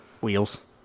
wheels